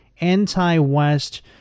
anti-West